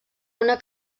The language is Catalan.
una